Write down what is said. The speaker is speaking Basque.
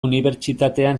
unibertsitatean